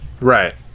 right